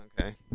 Okay